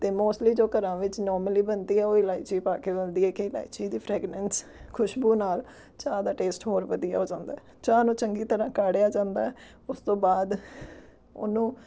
ਅਤੇ ਮੋਸਟਲੀ ਜੋ ਘਰਾਂ ਵਿੱਚ ਨੋਰਮਲੀ ਬਣਦੀ ਆ ਉਹ ਇਲਾਇਚੀ ਪਾ ਕੇ ਬਣਦੀ ਹੈ ਕਿ ਇਲਾਇਚੀ ਦੀ ਫਰੈਗਨੈਂਸ ਖੁਸ਼ਬੂ ਨਾਲ ਚਾਹ ਦਾ ਟੇਸਟ ਹੋਰ ਵਧੀਆ ਹੋ ਜਾਂਦਾ ਚਾਹ ਨੂੰ ਚੰਗੀ ਤਰ੍ਹਾਂ ਕਾੜਿਆਂ ਜਾਂਦਾ ਉਸ ਤੋਂ ਬਾਅਦ ਉਹਨੂੰ